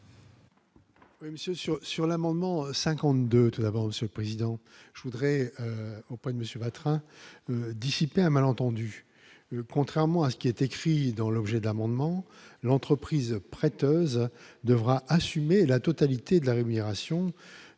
je voudrais Monsieur Vatrin dissiper un malentendu, contrairement à ce qui est écrit dans l'objet d'amendements, l'entreprise prêteuse devra assumer la totalité de la rémunération